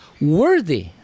worthy